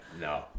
no